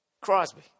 Crosby